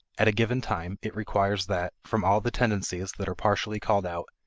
at a given time, it requires that, from all the tendencies that are partially called out,